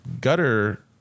gutter